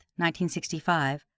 1965